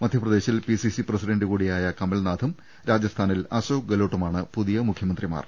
മധ്യപ്രദേശിൽ PCC president കൂടി യായ കമൽനാഥും രാജസ്ഥാനിൽ അശോക് ഗലോട്ടുമാണ് പുതിയ മുഖ്യമന്ത്രിമാർ